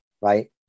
Right